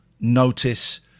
notice